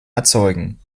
erzeugen